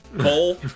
Cole